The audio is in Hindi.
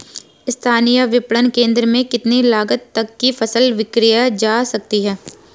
स्थानीय विपणन केंद्र में कितनी लागत तक कि फसल विक्रय जा सकती है?